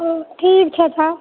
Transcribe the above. हाँ ठीक छै तब